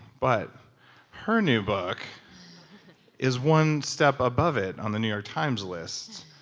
but her new book is one step above it on the new york times list,